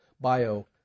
bio